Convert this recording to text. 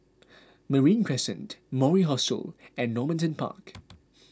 Marine Crescent Mori Hostel and Normanton Park